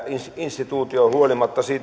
instituutio huolimatta